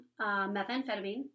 methamphetamine